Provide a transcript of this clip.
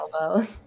elbow